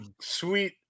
sweet